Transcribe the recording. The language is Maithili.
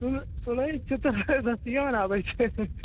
सुनय छियै तऽ हँसिए न आबैत छै